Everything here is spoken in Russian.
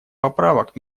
поправок